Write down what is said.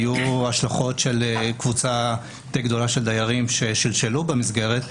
היו השלכות של קבוצה יותר גדולה של דיירים ששלשלו במסגרת,